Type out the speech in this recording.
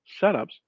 setups